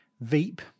Veep